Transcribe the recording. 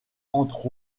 entre